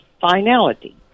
finality